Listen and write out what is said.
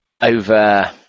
Over